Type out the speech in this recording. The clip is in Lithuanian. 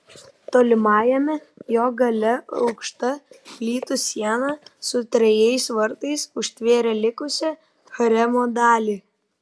tolimajame jo gale aukšta plytų siena su trejais vartais užtvėrė likusią haremo dalį